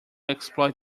exploit